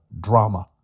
drama